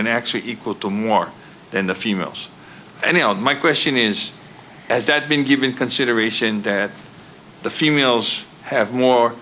in actually equal to more than the females any of my question is has that been given consideration that the females have more